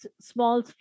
small